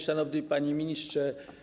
Szanowny Panie Ministrze!